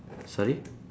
sorry